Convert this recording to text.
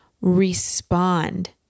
respond